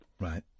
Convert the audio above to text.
Right